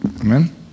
Amen